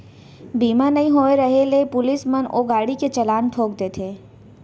बीमा नइ होय रहें ले पुलिस मन ओ गाड़ी के चलान ठोंक देथे